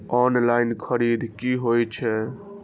Online खरीद की होए छै?